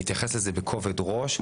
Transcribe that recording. להתייחס לזה בכובד ראש,